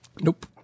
Nope